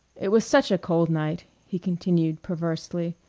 it was such a cold night, he continued, perversely,